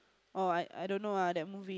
oh I I don't know ah that movie